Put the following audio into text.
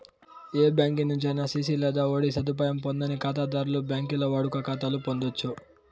ఏ బ్యాంకి నుంచైనా సిసి లేదా ఓడీ సదుపాయం పొందని కాతాధర్లు బాంకీల్ల వాడుక కాతాలు పొందచ్చు